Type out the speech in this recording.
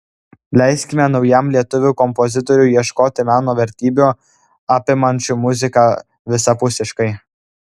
leiskime naujam lietuvių kompozitoriui ieškoti meno vertybių apimančių muziką visapusiškai